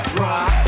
rock